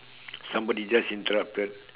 somebody just interrupted